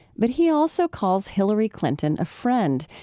but he also calls hillary clinton a friend,